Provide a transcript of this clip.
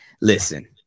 Listen